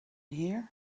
here